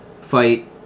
fight